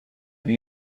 این